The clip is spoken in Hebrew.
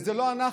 וזה לא אנחנו,